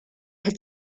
had